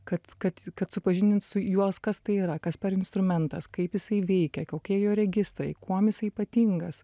kad kad kad supažindint su juos kas tai yra kas per instrumentas kaip jisai veikia kokie jo registrai kuom jisai ypatingas